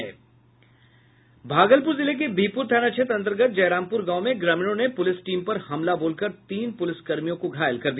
भागलपुर जिले के बिहपुर थाना क्षेत्र अंतर्गत जयरामपुर गांव में ग्रामीणों ने प्रलिस टीम पर हमला बोलकर तीन प्रलिसकर्मियों को घायल कर दिया